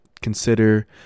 consider